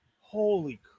holy